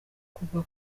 kuva